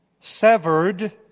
severed